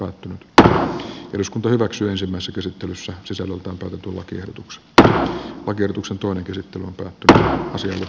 o että eduskunta hyväksyy ensimmäiset nyt voidaan hyväksyä tai hylätä lakiehdotus jonka sisällöstä päätettiin ensimmäisessä käsittelyssä